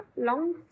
Long